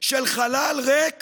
של חלל ריק